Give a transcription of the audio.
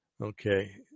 Okay